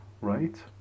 right